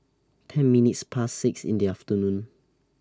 ten minutes Past six in The afternoon